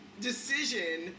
Decision